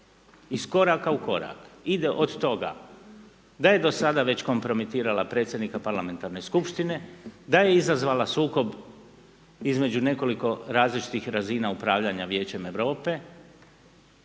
iz koraka u korak ide od toga da je do sada već kompromitirala predsjednika parlamentarne skupštine, da je izazvala sukob između nekoliko različitih razina upravljanja Vijećem Europe